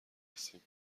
رسیم